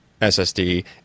SSD